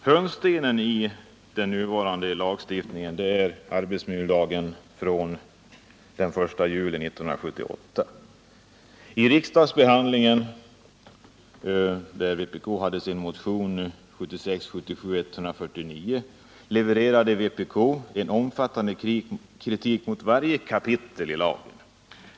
Hörnstenen i den nuvarande lagstiftningen är arbetsmiljölagen, som trädde i kraft den 1 juli 1978. Under riksdagsbehandlingen och i sin motion 1976/77:149 levererade vpk en omfattande kritik mot varje kapitel i lagen.